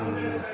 ಹ್ಞೂ